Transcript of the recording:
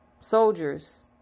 soldiers